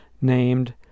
named